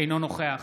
אינו נוכח